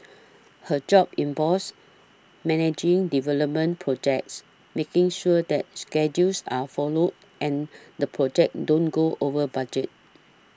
her job involves managing development projects making sure that schedules are followed and the projects don't go over budget